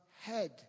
head